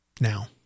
now